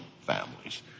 families